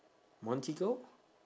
montigo